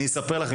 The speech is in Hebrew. אספר לכם.